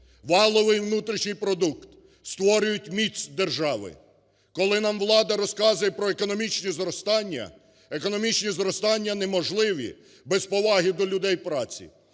валовий і внутрішній продукт, створюють міць держави. Коли нам влада розказує про економічні зростання, економічні зростанні неможливі без поваги до людей праці,